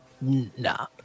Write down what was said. Nah